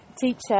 teacher